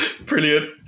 Brilliant